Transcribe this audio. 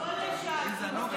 לא לשעה זו.